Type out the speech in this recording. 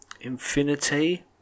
Infinity